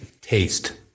taste